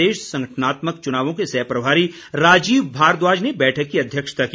प्रदेश संगठनात्मक चुनावों के सह प्रभारी राजीव भारद्वाज ने बैठक की अध्यक्षता की